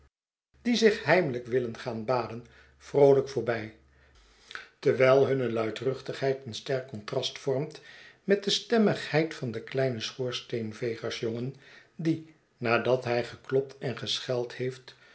die zich heimelijk willen gaan baden vroolijk voorbij terwijl hunne luidruchtigheid een sterk contrast vormt met de stemmigheid van den kleinen schoorsteenvegersjongen die nadat hij geklopt en gescheld heeft